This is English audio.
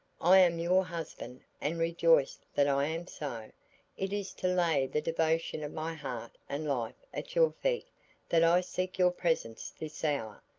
i am your husband and rejoice that i am so it is to lay the devotion of my heart and life at your feet that i seek your presence this hour.